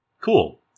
Cool